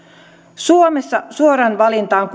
suomessa suoraan valintaan